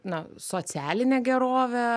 na socialinė gerovė